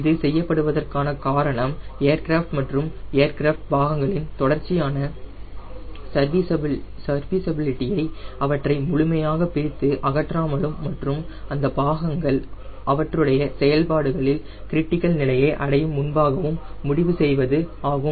இது செய்யப்படுவதன் காரணம் ஏர்கிராஃப்ட் மற்றும் ஏர்கிராஃப்ட் பாகங்கள் இன் தொடர்ச்சியான சர்வீஸபுலிட்டியை அவற்றை முழுமையாக பிரித்து அகற்றாமலும் மற்றும் இந்த பாகங்கள் அவற்றுடைய செயல்பாடுகளில் கிரிட்டிக்கல் நிலையை அடையும் முன்பாகவும் முடிவு செய்வது ஆகும்